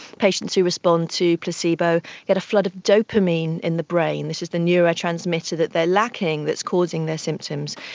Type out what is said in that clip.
patients who respond to placebo get a flood of dopamine in the brain. this is the neurotransmitter that they are lacking that is causing their symptoms.